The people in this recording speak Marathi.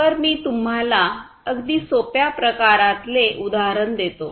तर मी तुम्हाला अगदी सोप्या प्रकारातले उदाहरण देतो